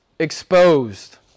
exposed